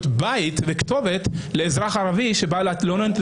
בית וכתובת לאזרח ערבי שבא להתלונן.